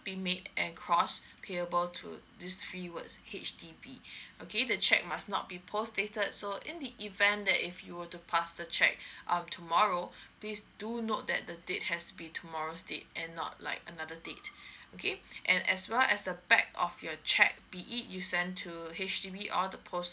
be made and cross payable to these three words H_D_B okay the cheque must not be postdated so in the event that if you were to pass the cheque um tomorrow please do note that the date has to be tomorrow's date and not like another date okay and as well as the back of your cheque be it you sent to H_D_B or the post